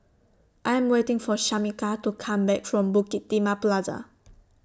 I Am waiting For Shamika to Come Back from Bukit Timah Plaza